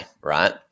right